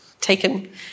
taken